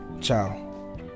ciao